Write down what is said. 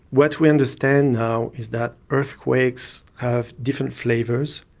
what we understand now is that earthquakes have different flavours,